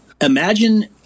imagine